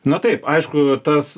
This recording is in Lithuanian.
na taip aišku tas